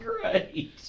great